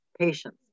patience